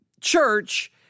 church